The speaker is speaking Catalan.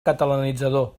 catalanitzador